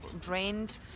drained